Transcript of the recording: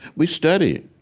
we studied.